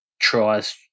tries